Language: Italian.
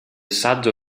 saggio